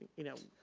you know,